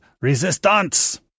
resistance